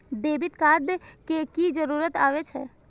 Debit card के की जरूर आवे छै?